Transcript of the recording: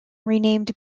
renamed